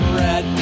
red